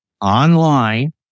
online